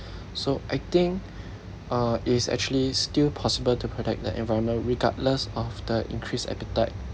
so I think uh it's actually still possible to protect the environment regardless of the increased appetite